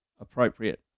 appropriate